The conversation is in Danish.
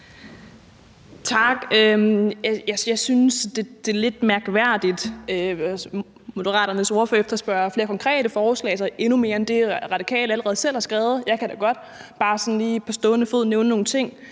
Tak. Jeg synes, det er lidt mærkværdigt, at Moderaternes ordfører efterspørger flere konkrete forslag, altså endnu mere end det, Radikale Venstre allerede selv har skrevet. Jeg kan da godt bare sådan lige på stående fod nævne nogle ting: